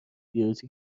ویروسی